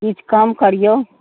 किछु कम करियौ